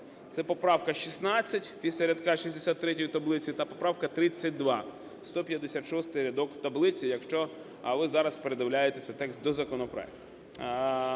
це поправка 16 після рядка 63 таблиці та поправка 32, 156 рядок таблиці, якщо ви зараз передивляєтеся текст до законопроекту.